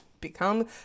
become